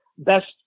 Best